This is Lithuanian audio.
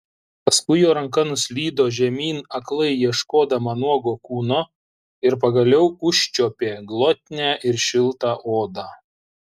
paskui jo ranka nuslydo žemyn aklai ieškodama nuogo kūno ir pagaliau užčiuopė glotnią ir šiltą odą